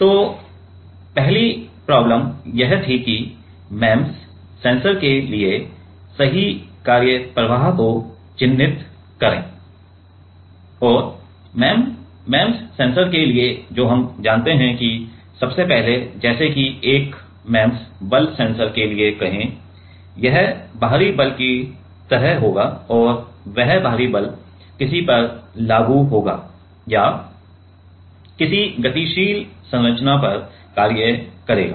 तो पहली प्रॉब्लम यह थी कि MEMS सेंसर के लिए सही कार्य प्रवाह को चिह्नित करें और MEMS सेंसर के लिए जो हम जानते हैं कि सबसे पहले जैसे कि एक MEMS बल सेंसर के लिए कहें यह बाहरी बल की तरह होगा और वह बाहरी बल किसी पर लागू होगा या किसी गतिशील संरचना पर कार्य करेगा